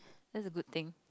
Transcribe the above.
that's a good thing